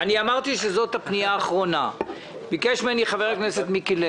זה כביש שבחמש השנים האחרונות נהרגו בו 13 בני אדם.